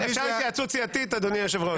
אפשר התייעצות סיעתית, אדוני היושב-ראש?